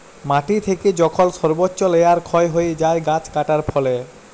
মাটি থেকে যখল সর্বচ্চ লেয়ার ক্ষয় হ্যয়ে যায় গাছ কাটার ফলে